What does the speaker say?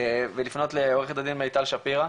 ולפנות לעורכת הדין מיטל שפירא,